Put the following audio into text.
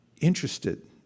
interested